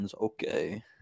okay